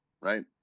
right